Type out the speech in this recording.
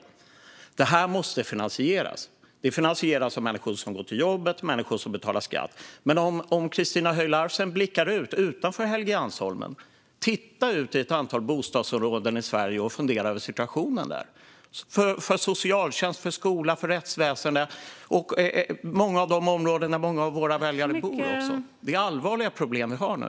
Det här måste finansieras. Det finansieras av människor som går till jobbet och betalar skatt. Jag uppmanar Christina Höj Larsen att blicka ut utanför Helgeandsholmen, titta på ett antal bostadsområden i Sverige och fundera över situationen där för socialtjänst, skola och rättsväsen. I många av de områdena bor många av våra väljare. Det är allvarliga problem vi har nu.